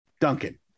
Duncan